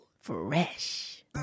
fresh